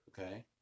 Okay